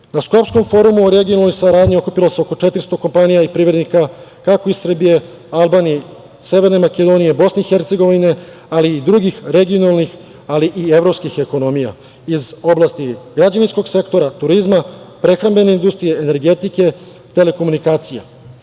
Skopskom forumu o regionalnoj saradnji, okupilo se oko 400 kompanija i privrednika, kako iz Srbije, Albanije, Severne Makedonije, BiH, ali i drugih regionalnih, ali i evropskih ekonomija iz oblasti građevinskog sektora, turizma, prehrambene industrije, energetike, telekomunikacija.